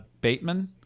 Bateman